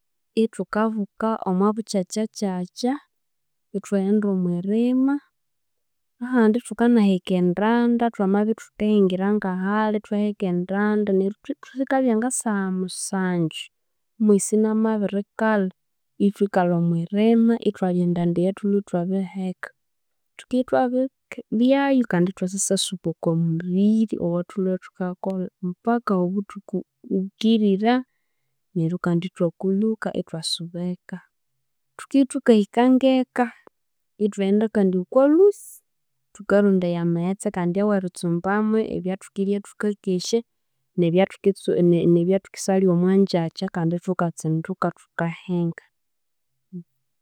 Ithukabuka omo bukyakya kyakya, ithwaghenda omwirima, ahandi ithukanaheka endenda thwamabya ithukehingira ngahali ithwaheka endanda neryo ithwee sikabya ngasaha musanju, omwisi inamabirikala ithwikalha omwirima ithwalya endanda eyathulhwe ithwabiheka, thukibya thwabilyayu kandi ithwathasyasuba oko mubiri owathulhwe thukakolha mupaka ah'obuthuku bukirira, neryo kandi ithwakulhuka ithwasuba eka, thukibya thukahika ng'eka ithwaghenda kandi okwa lhusi thukarondaya amaghetse kandi aw'eritsumbamo ebyathukerya thukakesya n'ebyathuketsu ne- n'ebyathukesyalya omwangyakya kandi thukatsinduka thukahinga.